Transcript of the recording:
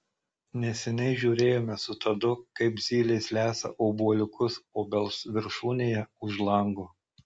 neseniai žiūrėjome su tadu kaip zylės lesa obuoliukus obels viršūnėje už lango